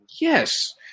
Yes